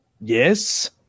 Yes